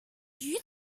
you